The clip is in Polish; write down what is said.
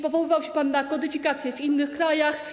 Powoływał się pan na kodyfikację w innych krajach.